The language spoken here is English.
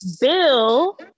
Bill